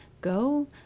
go